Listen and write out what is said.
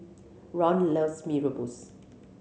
Ron loves Mee Rebus